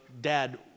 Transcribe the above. Dad